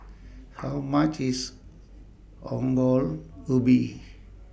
How much IS Ongol Ubi